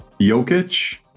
Jokic